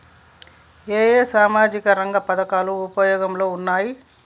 ఏ ఏ సామాజిక రంగ పథకాలు ఉపయోగంలో ఉన్నాయి?